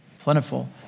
Plentiful